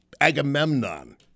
Agamemnon